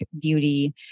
Beauty